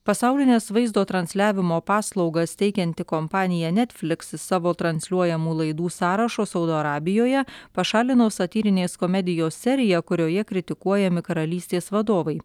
pasaulines vaizdo transliavimo paslaugas teikianti kompanija netfliks savo transliuojamų laidų sąrašo saudo arabijoje pašalino satyrinės komedijos seriją kurioje kritikuojami karalystės vadovai